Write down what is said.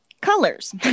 colors